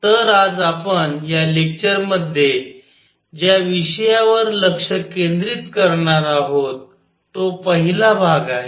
तर आज आपण या लेक्चर मध्ये ज्या विषयावर लक्ष केंद्रित करणार आहोत तो पहिला भाग आहे